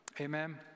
amen